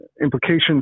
implications